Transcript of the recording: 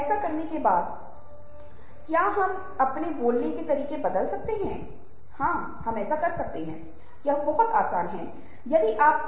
मैंने आपके साथ उन छह प्रमुख भावनाओं के बारे में चर्चा की है जो आप पाते हैं कि ये सबसे उप प्रकार हैं या भावनाओं के विभिन्न रूप हैं